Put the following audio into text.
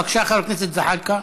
בבקשה, חבר הכנסת זחאלקה.